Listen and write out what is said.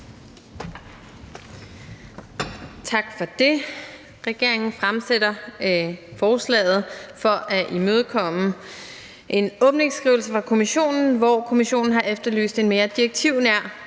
Tak for det. Regeringen fremsætter forslaget for at imødekomme en åbningsskrivelse fra Kommissionen, hvor Kommissionen har efterlyst en mere direktivnær